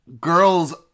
girls